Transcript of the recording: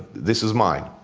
this is mine.